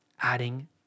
adding